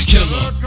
Killer